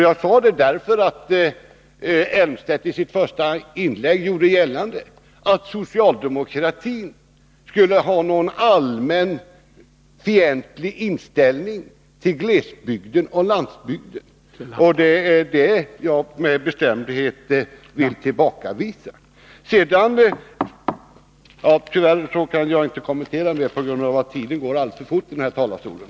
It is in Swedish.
Jag sade detta därför att Claes Elmstedt i sitt första inlägg gjorde gällande att socialdemokratin skulle ha någon allmänt fientlig inställning till glesbygden och landsbygden, och det vill jag med bestämdhet tillbakavisa. Tyvärr kan jag inte göra några ytterligare kommentarer på grund av att tiden går alldeles för fort när man står här i talarstolen.